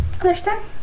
Understand